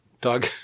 Doug